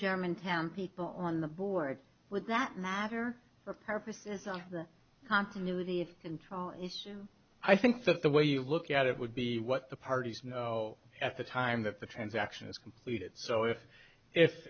german town people on the board with that matter for purposes of the continuity of control issue i think that the way you look at it would be what the parties know at the time that the transaction is completed so if if